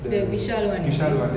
the vishal one is it